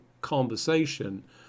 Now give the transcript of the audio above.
conversation